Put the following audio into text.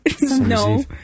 No